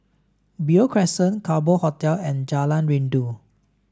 Beo Crescent Kerbau Hotel and Jalan Rindu